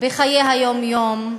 בחיי היום-יום,